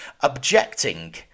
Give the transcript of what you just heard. objecting